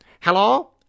Hello